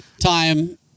time